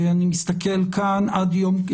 אני מסתכל כאן, עד יום?